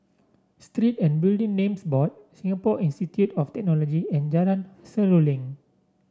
Street and Building Names Board Singapore Institute of Technology and Jalan Seruling